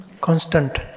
constant